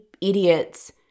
idiots